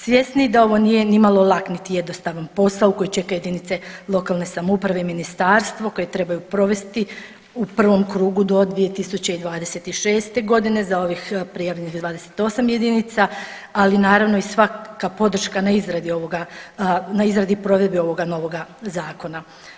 Svjesni da ovo nije nimalo lak niti jednostavan posao koji čeka jedinice lokalne samouprave i ministarstvo koje trebaju provesti u prvom krugu do 2026. godine za ovih prijavljenih 28 jedinica, ali naravno i svaka podrška na izradi ovoga, na izradi i provedbi ovoga novoga zakona.